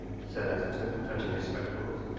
said isaacson, touching his spectacles,